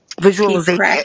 Visualization